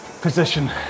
position